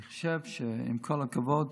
אני חושב שעם כל הכבוד,